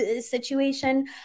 situation